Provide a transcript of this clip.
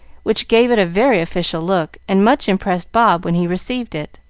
which gave it a very official look, and much impressed bob when he received it.